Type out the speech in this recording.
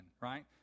right